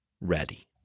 ready